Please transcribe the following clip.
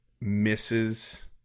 misses